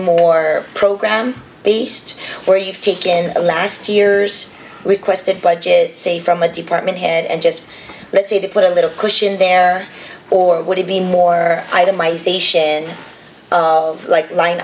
more program based where you've taken a last year's requested by git say from a department head and just let's say they put a little cushion there or would it be more itemization of like line